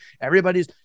everybody's